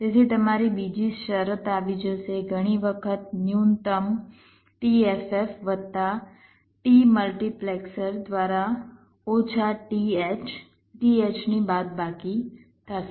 તેથી તમારી બીજી શરત આવી થશે ઘણી વખત ન્યૂનતમ t ff વત્તા t મલ્ટિપ્લેક્સર દ્વારા ઓછા t h t h ની બાદબાકી થશે